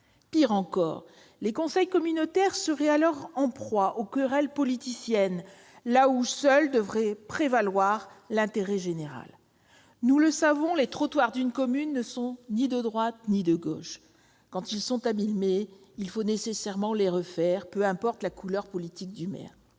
Pis encore, les conseils communautaires seraient alors en proie aux querelles politiciennes, là où seul l'intérêt général devrait prévaloir. Nous le savons, les trottoirs d'une commune ne sont ni de droite ni de gauche. Quand ils sont abîmés, il faut nécessairement les refaire, peu importe la couleur politique du maire.